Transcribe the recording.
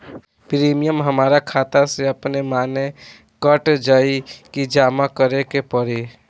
Premium हमरा खाता से अपने माने कट जाई की जमा करे के पड़ी?